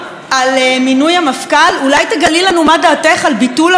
אולי תגלי לנו מה דעתך על ביטול הוועדה למינוי בכירים?